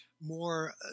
more –